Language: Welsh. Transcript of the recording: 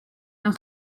mewn